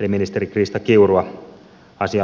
eli ministeri krista kiurua asian loppuun saattamisesta